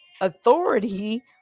authority